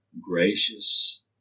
gracious